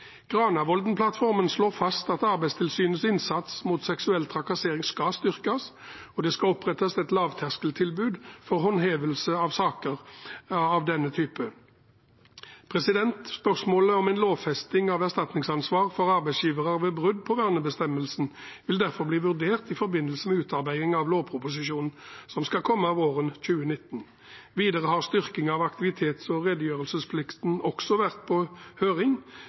slår fast at Arbeidstilsynets innsats mot seksuell trakassering skal styrkes, og det skal opprettes et lavterskeltilbud for håndhevelse av saker av denne typen. Spørsmålet om en lovfesting av erstatningsansvar for arbeidsgivere ved brudd på vernebestemmelsen vil derfor bli vurdert i forbindelse med utarbeiding av lovproposisjonen som skal komme våren 2019. Videre har styrking av aktivitets- og redegjørelsesplikten også vært på høring,